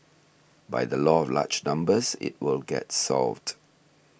by the law of large numbers it will get solved